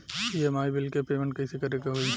EMI bill के payment कइसे करे के होई?